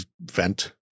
vent